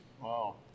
Wow